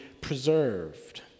preserved